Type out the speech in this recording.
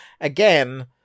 again